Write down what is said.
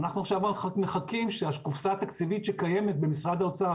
ואנחנו עכשיו רק מחכים שהקופסה התקציבית שקיימת במשרד האוצר,